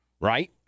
right